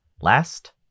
last